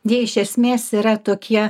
jie iš esmės yra tokie